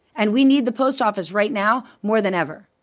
and we need the post office right now more than ever.